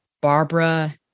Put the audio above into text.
Barbara